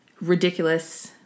Ridiculous